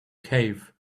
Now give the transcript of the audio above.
cave